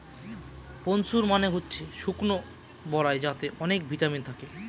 prunes মানে হচ্ছে শুকনো বরাই যাতে অনেক ভিটামিন থাকে